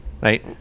Right